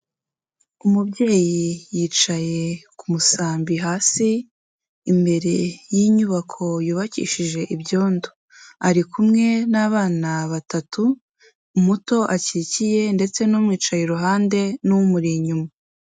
Umubyeyi yicaye ku musambi hasi, imbere y'inyubako yubakishije ibyondo. Ari kumwe n'abana batatu, umuto akikiye ndetse n'umwicaye iruhande n'umuri inyuma.